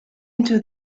into